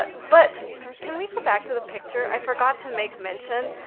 but but can we go back to the picture? i forgot to make mention.